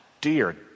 dear